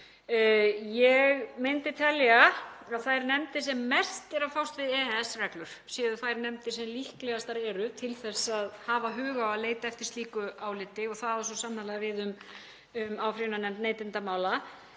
Ég myndi telja að þær nefndir sem mest eru að fást við EES-reglur séu þær nefndir sem líklegastar eru til að hafa hug á að leita eftir slíku áliti og það á svo sannarlega við um áfrýjunarnefnd neytendamála.